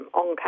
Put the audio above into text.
on